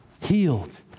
healed